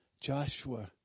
Joshua